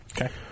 Okay